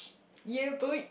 yeboi